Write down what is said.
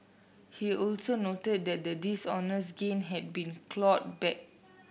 he also noted that the dishonest gain had been clawed back